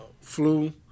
flu